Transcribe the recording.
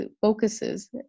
focuses